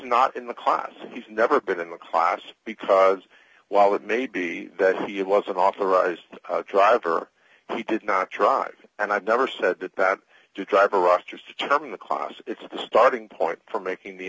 not in the class he's never been in the class because while it may be that he wasn't authorized driver he did not drive and i've never said that that driver rosters determine the class it's the starting point for making the